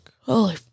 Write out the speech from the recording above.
Holy